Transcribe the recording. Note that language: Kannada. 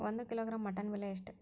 ಒಂದು ಕಿಲೋಗ್ರಾಂ ಮಟನ್ ಬೆಲೆ ಎಷ್ಟ್?